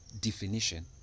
definition